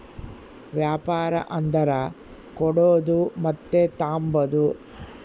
ವ್ಯಾಪಾರ ಅಂದರ ಕೊಡೋದು ಮತ್ತೆ ತಾಂಬದು